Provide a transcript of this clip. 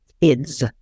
kids